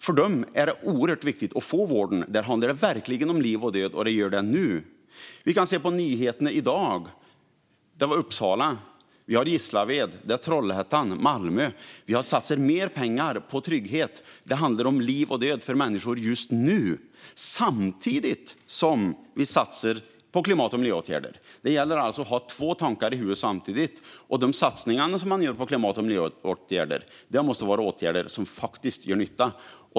För dem är det oerhört viktigt att få vård. Där handlar det verkligen om liv och död och det nu. På nyheterna i dag kan vi se om det i Uppsala, Gislaved, Trollhättan och Malmö. Vi har satsat mer pengar på trygghet. Det handlar om liv och död för människor just nu. Samtidigt satsar vi på klimat och miljöåtgärder. Det gäller alltså att ha två tankar i huvudet på samma gång. De satsningar som görs på klimat och miljöåtgärder måste också vara åtgärder som gör faktisk nytta.